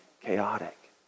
chaotic